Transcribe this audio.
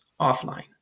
offline